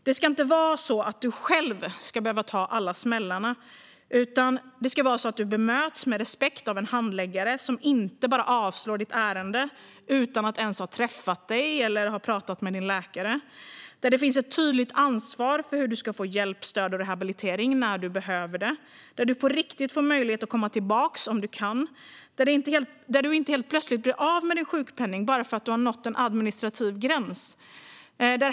Det ska inte behöva vara du själv som får ta alla smällarna, utan du ska bemötas med respekt av en handläggare som inte bara avslår ditt ärende utan att ens ha träffat dig eller pratat med din läkare. Det ska finnas ett tydligt ansvar för hur du ska få hjälp, stöd och rehabilitering när du behöver det. Du ska på riktigt få möjlighet att komma tillbaka om du kan. Du ska inte helt plötsligt bli av med din sjukpenning bara för att du har nått en administrativ gräns.